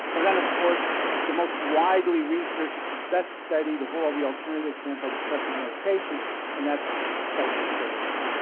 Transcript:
and then of course the most widely researched, best studied of all the alternatives to antidepressant medication and that's psychotherapy.